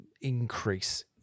increase